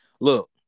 look